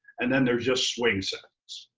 and then there's just swing set.